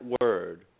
word